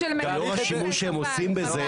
לאור השימוש שהם עושים בזה.